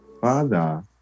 father